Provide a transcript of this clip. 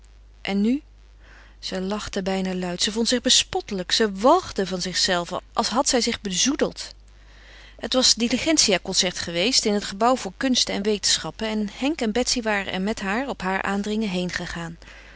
en nu zij lachte bijna luid ze vond zich bespottelijk ze walgde van zichzelve als had zij zich bezoedeld het was diligentia concert geweest in het gebouw voor kunsten en wetenschappen en henk en betsy waren er met haar op haar aandringen